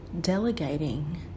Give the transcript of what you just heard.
delegating